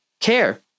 care